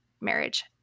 marriage